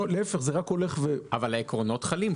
אבל העקרונות חלים.